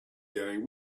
going